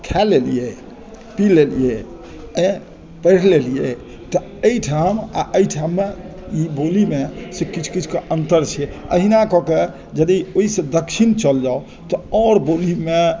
खाय लेलियै पी लेलियै तू पढ़ि लेलियै तऽ एहिठाम आ एहिठाम मे ई बोली मे से किछु किछु कऽ अन्तर छै एहिना कऽ कऽ यदि ओहिसँ दक्षिण चल जाउ तऽ आओर बोली मे